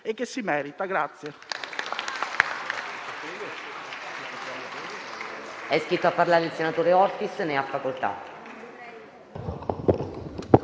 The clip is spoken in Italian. e che si merita.